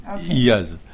Yes